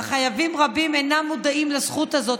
אך חייבים רבים אינם מודעים לזכות הזאת